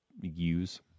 use